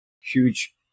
Huge